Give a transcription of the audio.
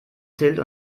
till